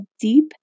deep